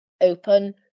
open